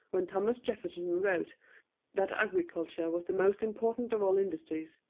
when thomas jefferson wrote that agriculture was the most important of all industries,